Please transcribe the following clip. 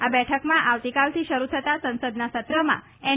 આ બેઠકમાં આવતીકાલથી શરૂ થતા સંસદના સત્રમાં એન